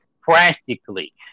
practically